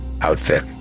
outfit